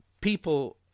People